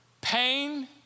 pain